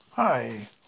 Hi